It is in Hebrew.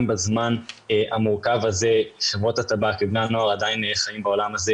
בזמן המורכב הזה כי בני הנוער עדיין חיים בעולם הזה